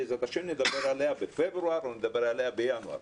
בעזרת השם נדבר עליה בפברואר או נדבר עליה בינואר.